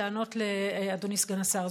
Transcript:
אענה לאדוני סגן השר.